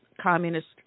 communist